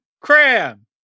Cram